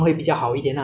变高一点